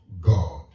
God